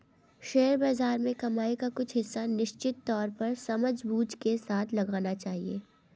share बाज़ार में कमाई का कुछ हिस्सा निश्चित तौर पर समझबूझ के साथ लगाना चहिये